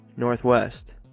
Northwest